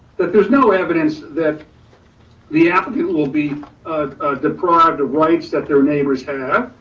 that there's no evidence that the applicant will will be deprived the rights that their neighbors have.